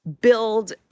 build